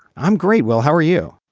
i'm great. well how are you.